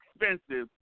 expensive